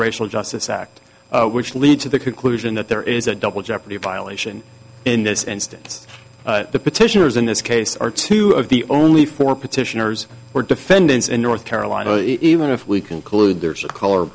racial justice act which lead to the conclusion that there is a double jeopardy violation in this instance the petitioners in this case are two of the only four petitioners were defendants in north carolina even if we conclude there's a color